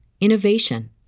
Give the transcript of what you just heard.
innovation